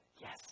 Yes